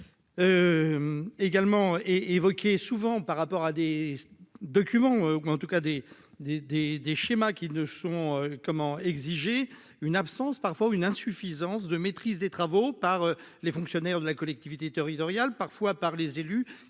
également et évoqué souvent par rapport à des documents ou en tout cas des, des, des, des schémas qui ne sont, comment exiger une absence parfois une insuffisance de maîtrise des travaux par les fonctionnaires de la collectivité territoriale, parfois par les élus